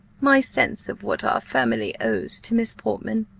my sense of what our family owes to miss portman.